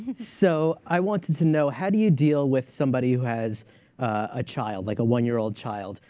so i wanted to know, how do you deal with somebody who has a child, like a one-year-old child,